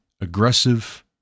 aggressive